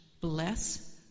bless